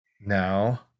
now